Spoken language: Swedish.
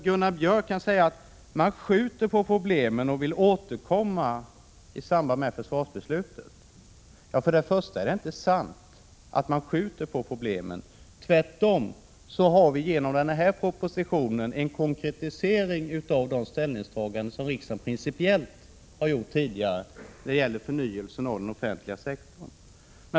Gunnar Björk säger att regeringen skjuter på problemen och vill återkomma i samband med försvarsbeslutet. För det första är det inte sant att regeringen skjuter på problemen. Tvärtom har vi genom propositionen fått en konkretisering av riksdagens principiella ställningstaganden sedan tidigare när det gäller förnyelse av den offentliga sektorn.